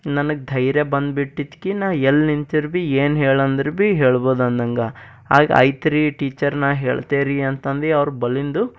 ನನಗೆ ಧೈರ್ಯ ಬಂದುಬಿಟ್ಟಿತ್ಕಿ ನಾ ಎಲ್ಲಿ ನಿಂತ್ರು ಬಿ ಏನು ಹೇಳೆಂದರೆ ಬಿ ಹೇಳ್ಬೋದು ಅನ್ನಂಗೆ ಆಯ್ತ್ ಆಯ್ತು ರೀ ಟೀಚರ್ ನಾ ಹೇಳ್ತೆ ರೀ ಅಂತಂದು ಅವ್ರ ಬಳಿಂದು